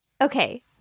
Okay